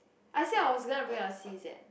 I said I was gonna bring your sis eh